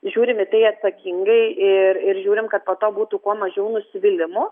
žiūrim į tai atsakingai ir ir žiūrim kad po to būtų kuo mažiau nusivylimų